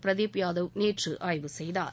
பிரதீப் யாதவ் நேற்று ஆய்வு செய்தார்